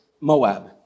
Moab